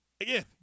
Again